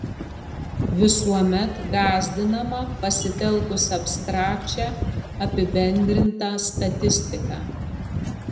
visuomet gąsdinama pasitelkus abstrakčią apibendrintą statistiką